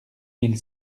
mille